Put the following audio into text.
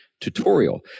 tutorial